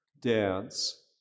dance